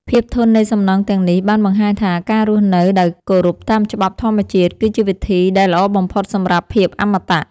ភាពធន់នៃសំណង់ទាំងនេះបានបង្ហាញថាការរស់នៅដោយគោរពតាមច្បាប់ធម្មជាតិគឺជាវិធីដែលល្អបំផុតសម្រាប់ភាពអមតៈ។